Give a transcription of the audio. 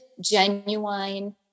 genuine